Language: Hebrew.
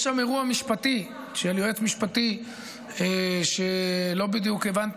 יש שם אירוע משפטי של יועץ משפטי שלא בדיוק הבנתי.